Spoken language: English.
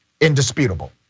indisputable